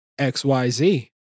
XYZ